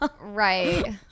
right